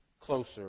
closer